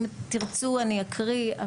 אם תרצו אני אקריא,